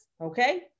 Okay